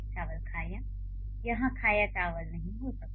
चावल खाया यहाँ खाया चावल नहीं हो सकता